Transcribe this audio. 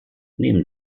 neben